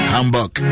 Hamburg